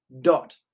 dot